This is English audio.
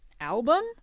album